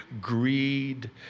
greed